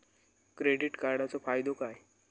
Credit कार्डाचो फायदो काय?